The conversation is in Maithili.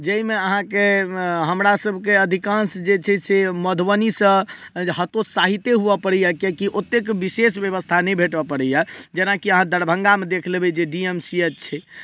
जाहिमे अहाँकेँ हमरा सभकेँ अधिकांश जे छै से हमरा सभके मधुबनीसँ हतोत्साहिते होवऽ पड़ैया कियाकि ओतेक विशेष व्यवस्था नहि भेट पड़ैया जेनाकि अहाँ दरभङ्गामे देख लेबै जे डी एम सी एच छै